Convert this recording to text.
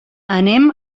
anem